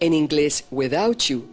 an english without you